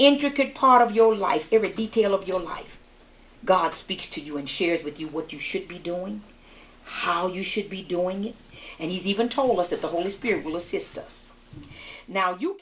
intricate part of your life every detail of your life god speaks to you and shared with you what you should be doing how you should be doing it and he's even told us that the holy spirit will assist us now you